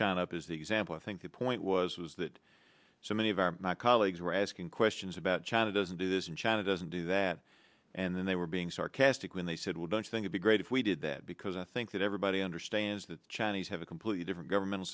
china up is the example i think the point was was that so many of our colleagues were asking questions about china doesn't do this and china doesn't do that and then they were being sarcastic when they said we don't think it's a great if we did that because i think that everybody understands that the chinese have a completely different governmental